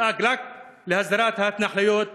ידאג רק להסדרת ההתנחלויות,